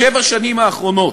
בשבע השנים האחרונות,